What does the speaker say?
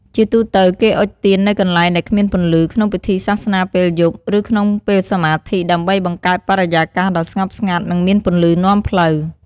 ជាទូទៅគេអុជទៀននៅកន្លែងដែលគ្មានពន្លឺ ក្នុងពិធីសាសនាពេលយប់ ឬក្នុងពេលសមាធិ ដើម្បីបង្កើតបរិយាកាសដ៏ស្ងប់ស្ងាត់ និងមានពន្លឺនាំផ្លូវ។